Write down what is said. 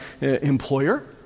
employer